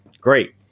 Great